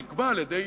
נקבע על-ידי